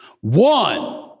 One